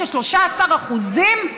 תשלם ריבית של 13% בשנה.